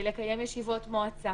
לקיים ישיבות מועצה